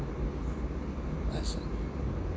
nice one